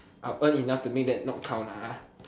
I'll earn enough to make that not count lah ah